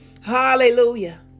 Hallelujah